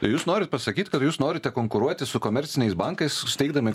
tai jūs norit pasakyt kad jūs norite konkuruoti su komerciniais bankais steigdami